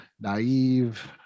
naive